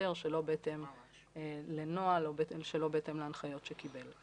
שוטר שלא בהתאם לנוהל או שלא בהתאם להנחיות שקיבל.